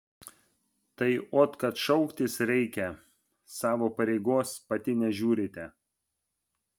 tai ot kad šauktis reikia savo pareigos pati nežiūrite